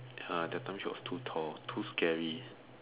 ya that time she was too tall too scary